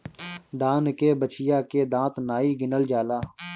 दान के बछिया के दांत नाइ गिनल जाला